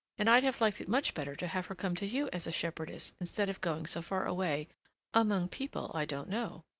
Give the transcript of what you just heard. and i'd have liked it much better to have her come to you as a shepherdess instead of going so far away among people i don't know.